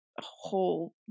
whole